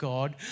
God